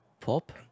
Pop